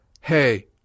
Hey